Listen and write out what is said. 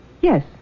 Yes